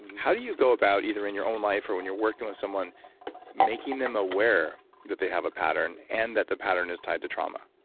how do you go about either in your own life or when you're working with someone making them aware that they have a pattern and that the pattern is tied to trauma?